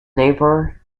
neighbour